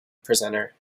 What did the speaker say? presenter